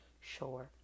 sure